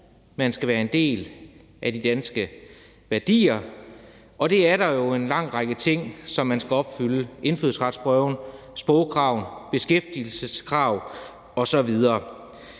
man skal være en del af de danske værdier, og der er jo en lang række ting, som man skal opfylde: indfødsretsprøve, sprogkrav, beskæftigelseskrav osv.